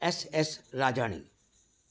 S S Rajani